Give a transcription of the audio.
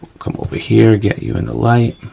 come over here, get you in the light,